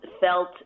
felt